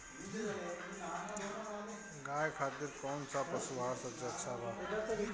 गाय खातिर कउन सा पशु आहार सबसे अच्छा बा?